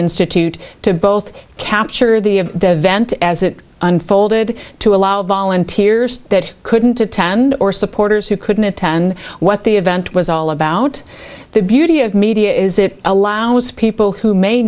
institute to both capture the vent as it unfolded to allow volunteers that couldn't attend or supporters who couldn't attend what the event was all about the beauty of media is it allows people who may